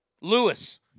Lewis